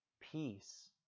peace